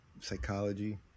psychology